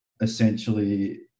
essentially